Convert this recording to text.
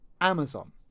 Amazon